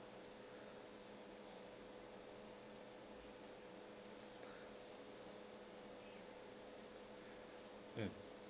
mm